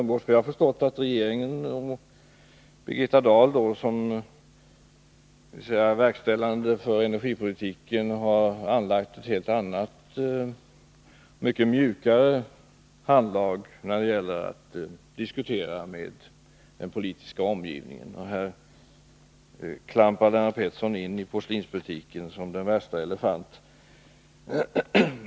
Efter vad jag har förstått har Birgitta Dahl som ansvarig för energipolitiken nu ett helt annat och mycket mjukare sätt att diskutera med sin politiska omgivning, men här klampade Lennart Pettersson in i porslinsbutiken som den värsta elefant.